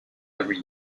every